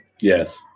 Yes